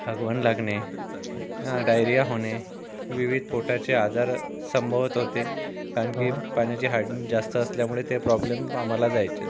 हगवण लागणे डायरिया होणे विविध पोटाच्या आजार संभोवत होते कारण की पाण्याच्या हार्डनेस जास्त असल्यामुळे ते प्रॉब्लेम आम्हाला जायचेच